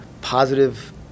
positive